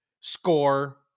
score